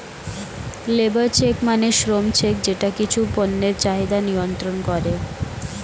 labour check মানে শ্রম check যেটা কিছু পণ্যের চাহিদা নিয়ন্ত্রন করে